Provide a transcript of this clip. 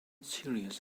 serious